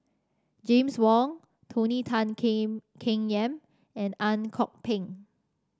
James Wong Tony Tan Keng Keng Yam and Ang Kok Peng